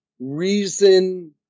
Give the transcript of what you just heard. reason